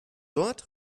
dort